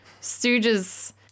Stooge's